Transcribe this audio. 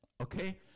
Okay